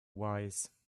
wise